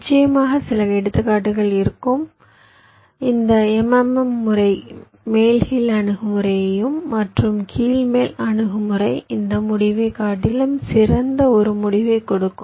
நிச்சயமாக சில எடுத்துக்காட்டுகள் இருக்கக்கூடும் இந்த MMM முறை மேல் கீழ் அணுகுமுறை மற்றும் கீழ் மேல் அணுகுமுறை இந்த முடிவைக் காட்டிலும் சிறந்த ஒரு முடிவைக் கொடுக்கும்